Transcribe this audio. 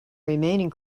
remaining